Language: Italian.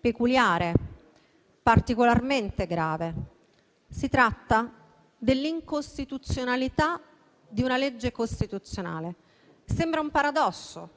peculiare particolarmente grave. Si tratta dell'incostituzionalità di una legge costituzionale; sembra un paradosso,